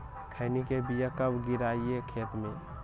खैनी के बिया कब गिराइये खेत मे?